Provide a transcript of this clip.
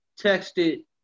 texted